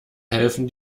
helfen